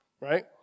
right